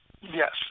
Yes